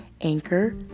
Anchor